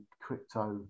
crypto